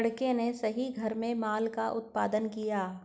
लड़के ने सही घर में माल का उत्पादन किया